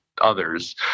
others